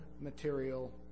material